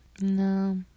no